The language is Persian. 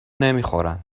نمیخورن